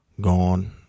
gone